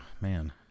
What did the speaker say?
man